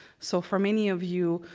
so for many of you,